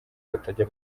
batajya